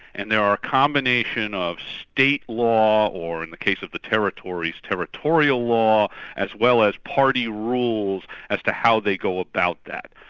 and there are a combination of state law, or in the case of the territories, territorial law as well as party rules as to how they go about that.